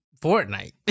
Fortnite